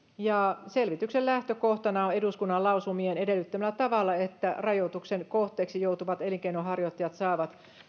selvityksen lähtökohtana on eduskunnan lausumien edellyttämällä tavalla että rajoituksen kohteeksi joutuvat elinkeinonharjoittajat saavat